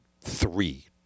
three